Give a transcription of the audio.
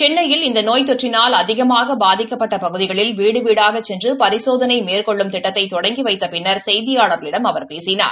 சென்னையில் இந்த நோய் தொற்றினால் அதிகமாக பாதிக்கப்பட்ட பகுதிகளில் வீடு வீடாகச் சென்று பரிசோதனை மேற்கொள்ளும் திட்டத்தை தொடங்கி வைத்த பின்னர் செய்தியாளர்களிடம் அவர் பேசினார்